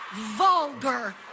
vulgar